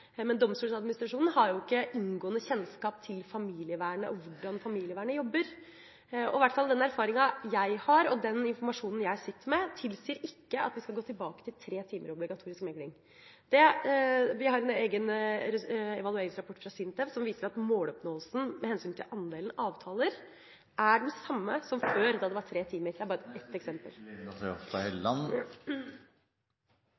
har jo ikke inngående kjennskap til familievernet og hvordan familievernet jobber. Den erfaringa i hvert fall jeg har, og den informasjonen jeg sitter med, tilsier ikke at vi skal gå tilbake til tre timer obligatorisk megling. Vi har en egen evalueringsrapport fra SINTEF, som viser at måloppnåelsen med hensyn til andelen avtaler er den samme som før, da det var tre timer.